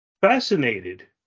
fascinated